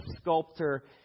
sculptor